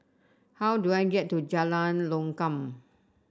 how do I get to Jalan Lokam